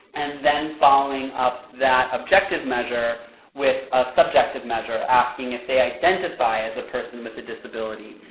and then, following up that objective measure with a subjective measure, asking if they identify as a person with a disability.